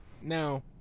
now